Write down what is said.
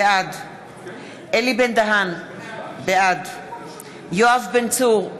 בעד אלי בן-דהן, בעד יואב בן צור,